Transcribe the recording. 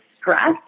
stress